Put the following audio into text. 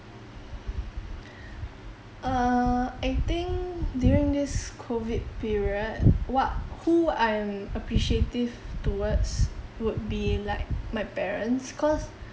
err I think during this COVID period what who I am appreciative towards would be like my parents cause